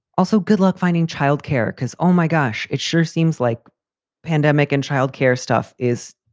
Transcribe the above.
also, good luck finding child care because. oh, my gosh, it sure seems like pandemic and child care stuff is.